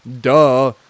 Duh